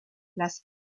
las